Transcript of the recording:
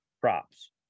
Props